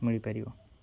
ମିଳିପାରିବ